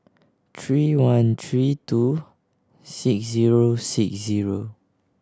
three one three two six zero six zero